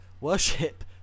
worship